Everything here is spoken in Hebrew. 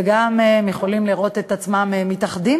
וגם הם יכולים לראות את עצמם מתאחדים,